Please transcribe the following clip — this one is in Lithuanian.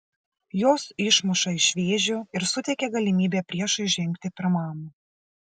jos išmuša iš vėžių ir suteikia galimybę priešui žengti pirmam